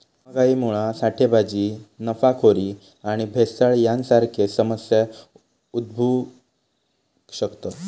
महागाईमुळा साठेबाजी, नफाखोरी आणि भेसळ यांसारखे समस्या उद्भवु शकतत